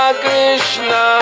Krishna